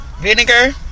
vinegar